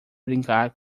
brincar